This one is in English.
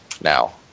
now